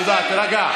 תירגע.